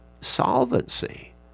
solvency